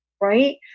right